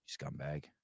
scumbag